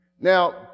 Now